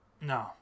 No